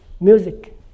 music